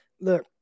look